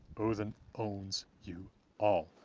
odinn owns you all.